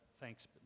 thanks